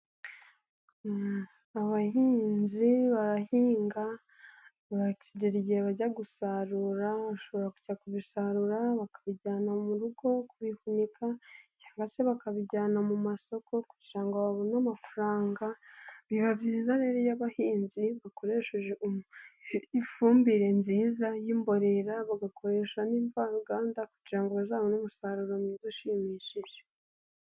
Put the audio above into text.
Abahinzi barahinga bakagera igihe bajya gusarura; bashobora kujya kubisarura bakabijyana mu rugo kubihunika cyangwa se bakabijyana mu masoko kugira ngo babone amafaranga. Biba byiza rero iyo abahinzi bakoresheje ifumbire nziza y'imborera, bagakoresha n'imvaruganda kugira ngo bazabone umusaruro mwiza ushimishije.